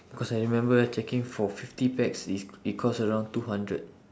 cause I remember checking for fifty pax its it cost around two hundred